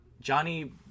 Johnny